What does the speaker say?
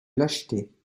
lâcheté